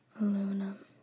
aluminum